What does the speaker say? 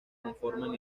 conforman